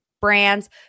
brands